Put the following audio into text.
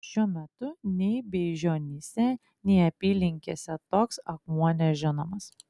šiuo metu nei beižionyse nei apylinkėse toks akmuo nežinomas